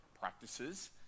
practices